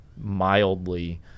mildly